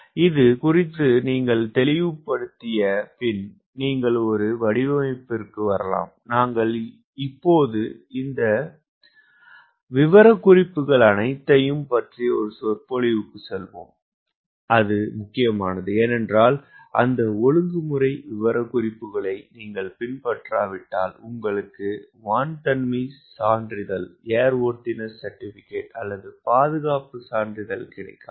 இது குறித்து நீங்கள் தெளிவுபடுத்திய பின் நீங்கள் ஒரு வடிவமைப்பிற்கு வரலாம் நாங்கள் இப்போது அந்த விவரக்குறிப்புகள் அனைத்தையும் பற்றிய ஒரு சொற்பொழிவுக்குச் செல்வோம் அது முக்கியமானது ஏனென்றால் அந்த ஒழுங்குமுறை விவரக்குறிப்புகளை நீங்கள் பின்பற்றாவிட்டால் உங்களுக்கு வான்மைத்தன்மை சான்றிதழ் அல்லது பாதுகாப்பு சான்றிதழ் கிடைக்காது